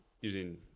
using